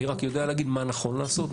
אני רק יודע להגיד מה נכון לעשות,